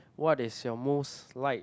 what is your most like